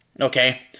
Okay